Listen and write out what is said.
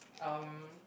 um